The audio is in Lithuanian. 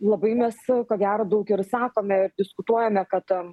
labai mes ko gero daug ir sakome ir diskutuojame kad